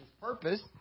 purpose